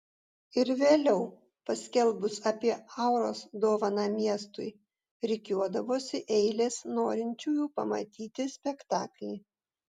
ir vėliau paskelbus apie auros dovaną miestui rikiuodavosi eilės norinčiųjų pamatyti spektaklį